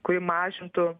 kuri mažintų